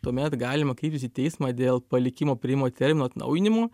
tuomet galima kreiptis į teismą dėl palikimo priėmimo termino atnaujinimo